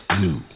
new